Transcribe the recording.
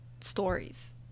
stories